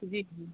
जी जी